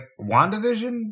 WandaVision